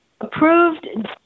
approved